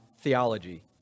theology